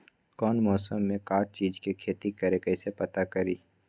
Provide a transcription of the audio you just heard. कौन मौसम में का चीज़ के खेती करी कईसे पता करी?